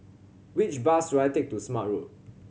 which bus should I take to Smart Road